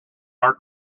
art